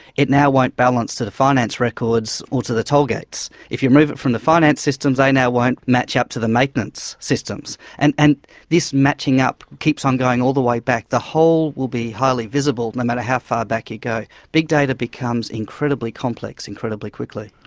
it now won't balance to the finance records or to the toll gates. if you remove it from the finance systems they now won't match up to the maintenance systems. and and this matching-up keeps on going all the way back. the hole will be highly visible, no matter how far back you go. big data becomes incredibly complex incredibly quickly.